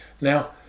Now